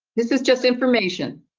this is just information.